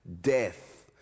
death